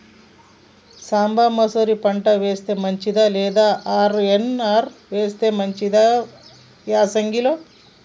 సాంబ మషూరి పంట వేస్తే మంచిదా లేదా ఆర్.ఎన్.ఆర్ వేస్తే మంచిదా యాసంగి లో?